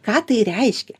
ką tai reiškia